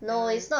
that one